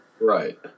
Right